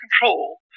control